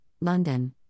London